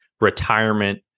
retirement